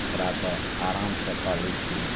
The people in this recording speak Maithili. ओकरा तऽ आरामसे कै लै छिए